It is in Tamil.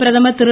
பிரதமர் திரு